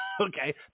Okay